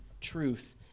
truth